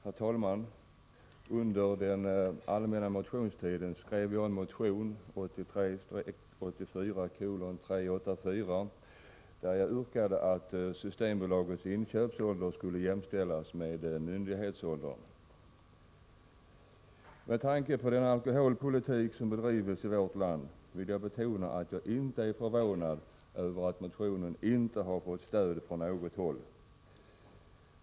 Herr talman! Under den allmänna motionstiden skrev jag motion 1983/ 84:384, i vilken jag yrkade att Systembolagets minimiålder för inköp skulle sättas vid myndighetsåldern. Med tanke på den alkoholpolitik som bedrivs i vårt land vill jag betona att jaginte är förvånad över att motionen inte fått stöd från något håll.